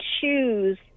choose